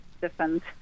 different